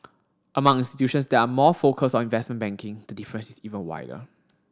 among institutions that are more focused on investment banking the difference is even wider